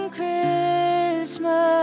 Christmas